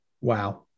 Wow